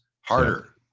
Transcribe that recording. harder